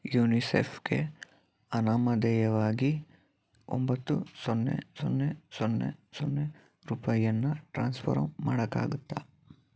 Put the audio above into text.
ಯುನಿಸೆಫ್ಗೆ ಅನಾಮಧೇಯವಾಗಿ ಒಂಬತ್ತು ಸೊನ್ನೆ ಸೊನ್ನೆ ಸೊನ್ನೆ ಸೊನ್ನೆ ರೂಪಾಯಿಯನ್ನ ಟ್ರಾನ್ಸ್ಫರ್ ಮಾಡೋಕ್ಕಾಗುತ್ತಾ